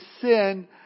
sin